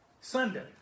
Sunday